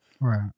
right